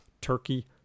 turkey